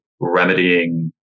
remedying